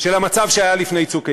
של המצב שהיה לפני "צוק איתן".